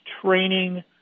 training